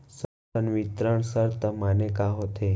संवितरण शर्त माने का होथे?